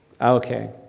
Okay